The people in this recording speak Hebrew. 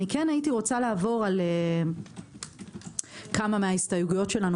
הייתי רוצה להקריא כמה מההסתייגויות שלנו